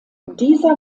dieser